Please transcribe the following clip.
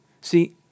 See